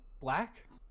black